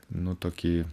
nu tokį